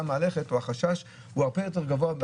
מהלכת או כשהחשש הוא הרבה יותר גבוה,